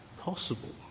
possible